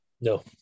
No